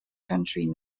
county